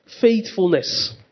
Faithfulness